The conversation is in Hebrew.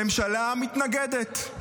הממשלה מתנגדת.